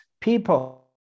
people